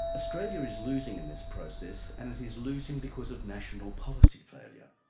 australia is losing in this process and it is losing because of national policy failure.